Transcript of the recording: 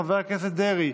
חבר הכנסת דרעי,